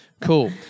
Cool